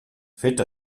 fet